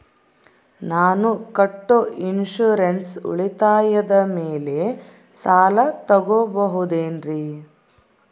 ನಾನು ಕಟ್ಟೊ ಇನ್ಸೂರೆನ್ಸ್ ಉಳಿತಾಯದ ಮೇಲೆ ಸಾಲ ತಗೋಬಹುದೇನ್ರಿ?